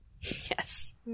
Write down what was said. Yes